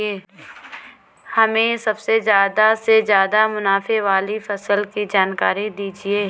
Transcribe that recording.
हमें सबसे ज़्यादा से ज़्यादा मुनाफे वाली फसल की जानकारी दीजिए